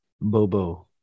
Bobo